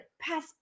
pass